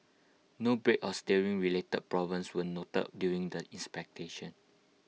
no brake or steering related problems were noted during the inspection